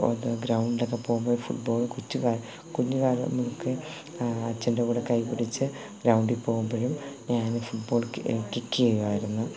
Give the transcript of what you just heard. ഓരോ ഗ്രൗണ്ടിലൊക്കെ പോകുമ്പോൾ ഫുട്ബോള് കൊച്ചു കാ കുഞ്ഞുകാലം മുതൽക്കേ അച്ഛന്റെ കൂടെ കൈ പിടിച്ച് ഗ്രൗണ്ടിൽ പോകുമ്പോഴും ഞാൻ ഫുട്ബാൾ കിക്ക് കി ചെയ്യുവായിരുന്നു